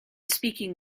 speaking